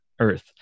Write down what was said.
earth